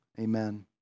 Amen